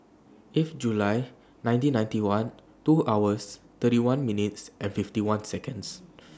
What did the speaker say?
eighth July nineteen ninety one two hours thirty one minutes and fifty one Seconds